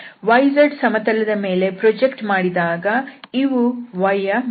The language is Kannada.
yz ಸಮತಲದ ಮೇಲೆ ಪ್ರೊಜೆಕ್ಟ್ ಮಾಡಿದಾಗ ಇವು y ಯ ಮಿತಿಗಳು